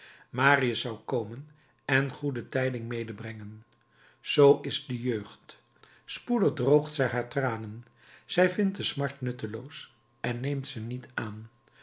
marius zou komen en goede tijding medebrengen zoo is de jeugd spoedig droogt zij haar tranen zij vindt de smart nutteloos en neemt ze niet aan